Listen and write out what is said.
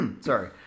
Sorry